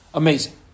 amazing